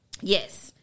yes